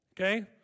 Okay